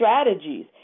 strategies